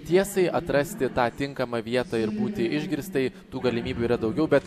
tiesai atrasti tą tinkamą vietą ir būti išgirstai tų galimybių yra daugiau bet